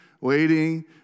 waiting